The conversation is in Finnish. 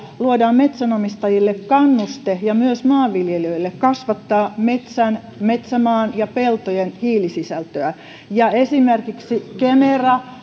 luodaan metsänomistajille ja myös maanviljelijöille kannuste kasvattaa metsän metsämaan ja peltojen hiilisisältöä ja miettimään esimerkiksi kemera